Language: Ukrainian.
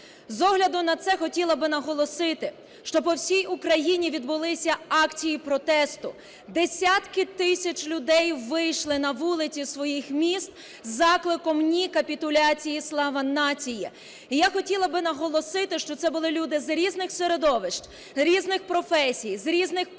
З огляду на це, хотіла би наголосити, що по всій Україні відбулися акції протесту, десятки тисяч людей вийшли на вулиці своїх міст з закликом: "Ні капітуляції – Слава нації!". І я хотіла би наголосити, що це були люди з різних середовищ, різних професій, з різних партій